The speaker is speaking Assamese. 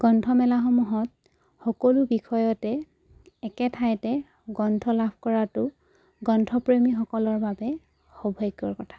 গ্ৰন্থমেলাসমূহত সকলো বিষয়তে একে ঠাইতে গ্ৰন্থ লাভ কৰাটো গ্ৰন্থপ্ৰেমীসকলৰ বাবে সৌভাগ্যৰ কথা